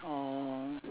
orh